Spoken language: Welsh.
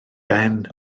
ben